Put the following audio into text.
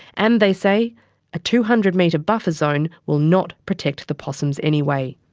and they say a two hundred metre buffer zone will not protect the possums anyway.